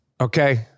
okay